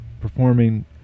performing